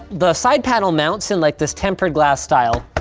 the side panel mounts in like this tempered glass style,